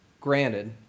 granted